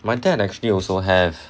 my dad actually also have